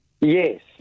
Yes